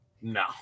no